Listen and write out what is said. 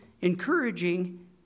encouraging